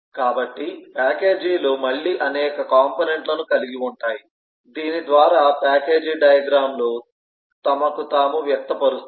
కాబట్టి ప్యాకేజీలు మళ్ళీ అనేక కాంపోనెంట్ లను కలిగి ఉంటాయి దీని ద్వారా ప్యాకేజీ డయాగ్రమ్ లు తమను తాము వ్యక్తపరుస్తాయి